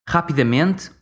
Rapidamente